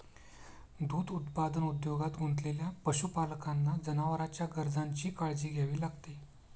दूध उत्पादन उद्योगात गुंतलेल्या पशुपालकांना जनावरांच्या गरजांची काळजी घ्यावी लागते